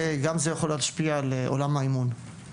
וגם זה יכול להשפיע על עולם האימון.